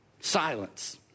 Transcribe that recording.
Silence